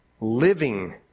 living